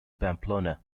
pamplona